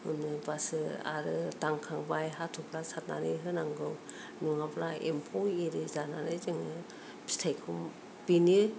होनबासो आरो दांखांबाय हाथफ्ला सारनानै होनांगौ नङाब्ला एम्फौ एरि जानानै जोङो फिथाइखौ बेनि